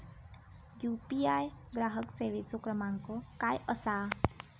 UPI ग्राहक सेवेचो क्रमांक काय असा?